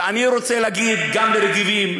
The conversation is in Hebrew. ואני רוצה להגיד גם ל"רגבים",